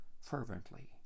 fervently